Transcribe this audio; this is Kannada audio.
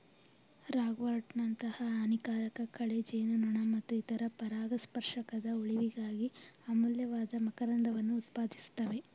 ರಾಗ್ವರ್ಟ್ನಂತಹ ಹಾನಿಕಾರಕ ಕಳೆ ಜೇನುನೊಣ ಮತ್ತು ಇತರ ಪರಾಗಸ್ಪರ್ಶಕದ ಉಳಿವಿಗಾಗಿ ಅಮೂಲ್ಯವಾದ ಮಕರಂದವನ್ನು ಉತ್ಪಾದಿಸ್ತವೆ